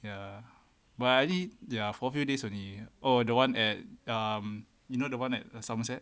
ya but I already there for few days only oh the one at um you know the one at somerset